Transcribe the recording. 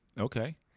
okay